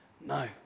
No